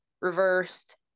reversed